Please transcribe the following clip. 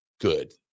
good